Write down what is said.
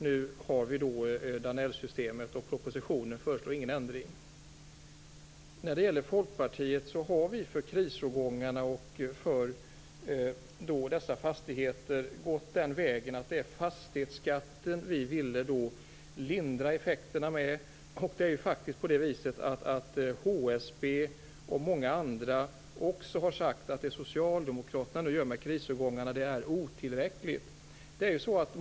Nu har vi Danellsystemet, och propositionen föreslår ingen ändring. Vi i Folkpartiet har gått den vägen att vi ville lindra effekterna för fastigheterna i krisårgångarna med fastighetsskatten. HSB och många andra har också sagt att det Socialdemokraterna nu gör med krisårgångarna är otillräckligt.